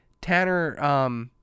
Tanner